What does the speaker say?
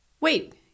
Wait